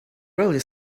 really